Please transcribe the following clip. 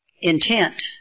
intent